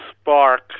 spark